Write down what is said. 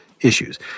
Issues